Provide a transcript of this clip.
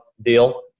deal